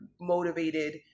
motivated